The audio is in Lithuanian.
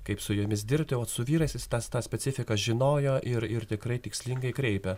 kaip su jomis dirbti ot su vyrais jis tą tą specifiką žinojo ir ir tikrai tikslingai kreipia